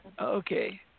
Okay